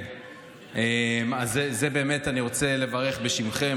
אני באמת רוצה לברך בשמכם,